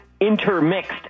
intermixed